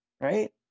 right